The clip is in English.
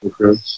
Okay